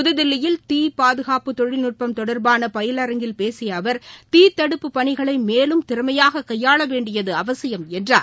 புதுதில்லியில் தீ பாதுகாப்பு தொழில்நுட்பம் தொடர்பான பயிலரங்கில் பேசிய அவர் தீ தடுப்பு பணிகளை மேலும் திறமையாக கையாள வேண்டியது அவசியம் என்றார்